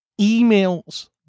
emails